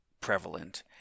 prevalent